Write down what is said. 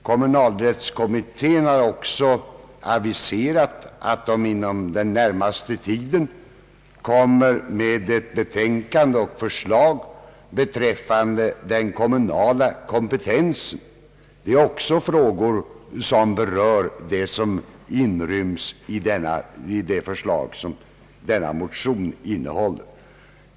Kommunalrättskommittén har också aviserat att den inom den närmaste tiden kommer att avge betänkande och förslag beträffande den kommunala kompetensen. Även dessa frågor berör de förslag som denna motion innehåller.